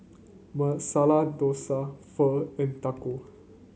Masala Dosa Pho and Taco